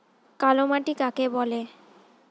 কালোমাটি কাকে বলে?